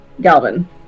Galvin